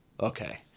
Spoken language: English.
okay